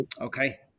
Okay